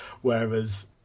Whereas